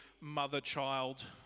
mother-child